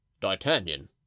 D'Artagnan